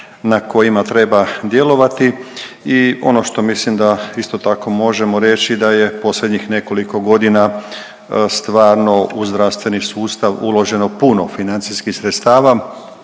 na kojima treba djelovati i ono što mislim da isto tako možemo reći da je u posljednjih nekoliko godina stvarno u zdravstveni sustav uloženo puno financijskih sredstava,